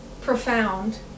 profound